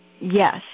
Yes